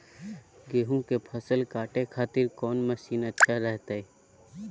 गेहूं के फसल काटे खातिर कौन मसीन अच्छा रहतय?